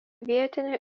vietinių